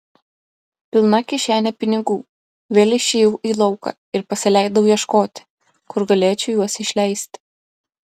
pilna kišene pinigų vėl išėjau į lauką ir pasileidau ieškoti kur galėčiau juos išleisti